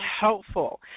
helpful